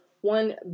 one